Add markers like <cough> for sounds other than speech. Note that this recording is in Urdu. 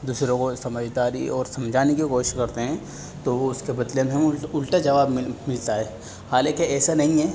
دوسرے لوگوں کو سمجھداری اور سمجھانے کی کوشش کرتے ہیں تو وہ اس کے بدلے میں <unintelligible> الٹا جواب مل ملتا ہے حالانکہ ایسا نہیں ہیں